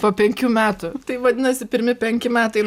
po penkių metų tai vadinasi pirmi penki metai